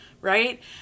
right